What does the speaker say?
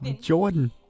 Jordan